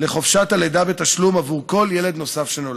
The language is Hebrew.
לחופשת הלידה בתשלום עבור כל ילד נוסף שנולד.